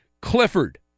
Clifford